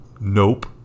Nope